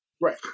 Right